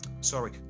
Sorry